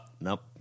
nope